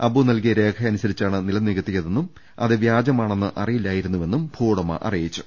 അബു നൽകിയ രേഖ അനുസരിച്ചാണ് നിലം നികത്തിയതെന്നും അത് വ്യാജ മാണെന്ന് അറിയില്ലായിരുന്നെന്നും ഭൂവുടമ പറഞ്ഞു